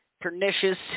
pernicious